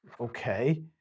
Okay